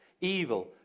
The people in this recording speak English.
evil